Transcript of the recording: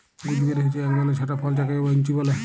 gooseberry হচ্যে এক ধরলের ছট ফল যাকে বৈনচি ব্যলে